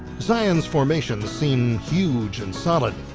zion's formations seem huge and solid.